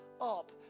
up